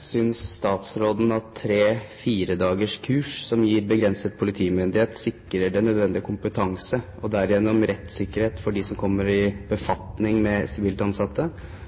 Synes statsråden at tre–fire dagers kurs som gir begrenset politimyndighet, sikrer den nødvendige kompetanse og derigjennom rettssikkerhet for dem som kommer i